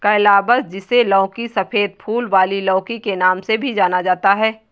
calabash, जिसे लौकी, सफेद फूल वाली लौकी के नाम से भी जाना जाता है